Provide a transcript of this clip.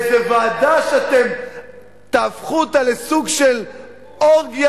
איזה ועדה שאתם תהפכו אותה לסוג של אורגיה